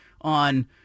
on